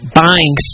buying